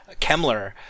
Kemler